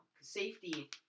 Safety